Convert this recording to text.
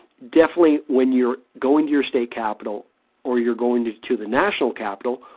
definitely when you're going to your state capitol or you're going to to the national capitol,